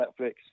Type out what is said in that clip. Netflix